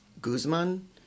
Guzman